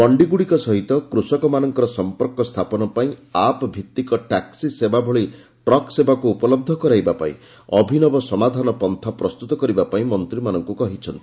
ମଣ୍ଡିଗୁଡ଼ିକ ସହିତ କୃଷକମାନଙ୍କର ସମ୍ପର୍କ ସ୍ଥାପନ ପାଇଁ ଆପ୍ ଭିଭିକ ଟାକ୍ସି ସେବା ଭଳି ଟ୍ରକ୍ ସେବାକୁ ଉପଲବ୍ଧ କରିବା ପାଇଁ ଅଭିନବ ସମାଧାନ ପନ୍ଥା ପ୍ରସ୍ତୁତ କରିବା ପାଇଁ ମନ୍ତ୍ରୀମାନଙ୍କୁ କହିଛନ୍ତି